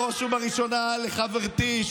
בראש ובראשונה לחברתי,